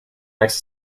next